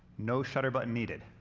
no shutter button needed.